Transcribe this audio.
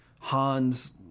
Hans